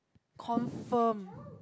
confirm